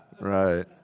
Right